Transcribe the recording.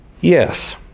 Yes